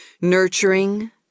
nurturing